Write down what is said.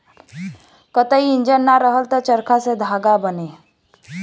कताई इंजन ना रहल त चरखा से धागा बने